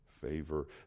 favor